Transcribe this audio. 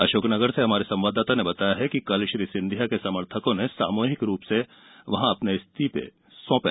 अशोकनगर से हमारे संवाददाता ने बताया है कि कल श्री सिंधिया के समर्थकों ने सामुहिक रूप से इस्तीफे सौंपे